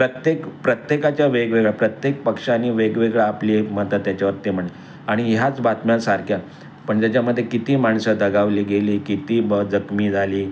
प्रत्येक प्रत्येकाच्या वेगवेगळ्या प्रत्येक पक्षानी वेगवेगळं आपली मत त्याच्यावर ते म्हण आणि ह्याच बातम्या सारख्या पण ज्याच्यामध्ये किती माणसं दगावली गेली किती ब जखमी झाली